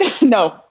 No